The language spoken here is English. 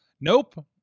Nope